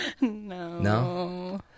No